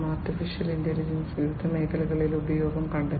artificial intelligence വിവിധ മേഖലകളിൽ ഉപയോഗം കണ്ടെത്തി